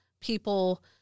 people